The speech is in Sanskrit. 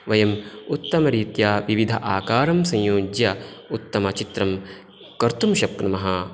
वयम् उत्तमरीत्या विविध आकारं संयोज्य उत्तमचित्रं कर्तुं शक्नुमः